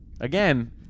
Again